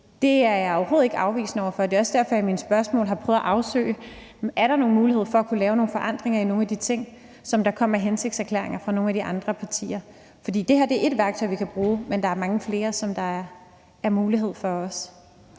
det er jeg overhovedet ikke afvisende over for. Det er også derfor, jeg i mine spørgsmål har prøvet at afsøge, om der er nogle muligheder for at lave nogle forandringer af nogle af de ting, som der kommer hensigtserklæringer fra nogle af de andre partier om. Det her er ét værktøj, vi kan bruge, men der er mange flere, som der er mulighed for også